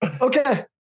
okay